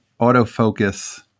autofocus